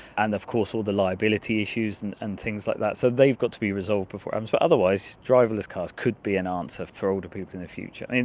and of course all the liability issues and and things like that. so they've got to be resolved, but um so otherwise driverless cars could be an answer for older people in the future. i mean,